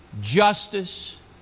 justice